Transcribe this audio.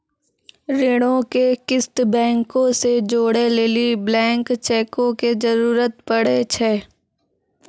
ऋणो के किस्त बैंको से जोड़ै लेली ब्लैंक चेको के जरूरत पड़ै छै